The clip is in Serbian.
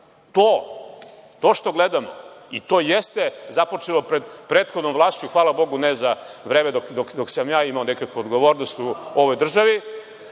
To što gledamo i to jeste započelo prethodnom vlašću, hvala Bogu ne za vreme dok sam ja imao nekakve odgovornosti u ovoj državi,